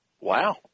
Wow